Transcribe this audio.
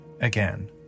again